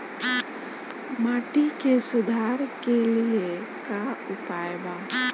माटी के सुधार के लिए का उपाय बा?